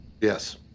Yes